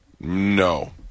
No